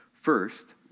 First